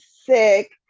sick